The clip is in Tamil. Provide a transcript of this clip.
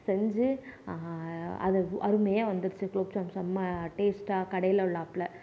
செஞ்சு அருமையாக வந்திடுச்சி குலோப்ஜாம் செம டேஸ்டாக கடையில் உள்ளாப்புல